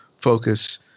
focus